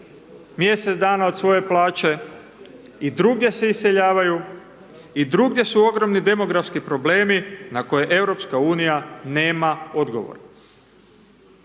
mjesec dana od svoje plaće, i drugdje se iseljavaju, i drugdje su ogromni demografski problemi na koje Europska unija nema odgovor.